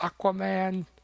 Aquaman